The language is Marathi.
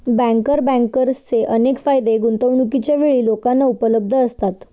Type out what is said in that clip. बँकर बँकर्सचे अनेक फायदे गुंतवणूकीच्या वेळी लोकांना उपलब्ध असतात